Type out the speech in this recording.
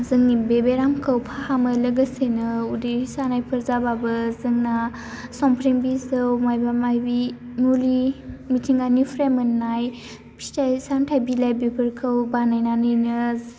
जोंनि बे बेरामखौ फाहामो लोगोसेनो उदै सानायफोर जाबाबो जोंना संप्रिम बिजौ माइबा माइबि मुलि मिथिंगानिफ्राय मोन्नाय फिथाइ सामथाइ बिलाइ बेफोरखौ बानायनानैनो